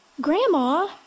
Grandma